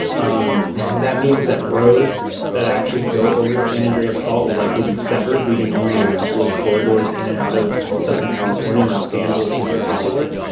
um that means that roads that actually go over the san andreas fault will likely be severed, leaving only a couple of corridors in and out of southern california and los angeles in particular.